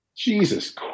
Jesus